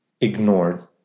ignored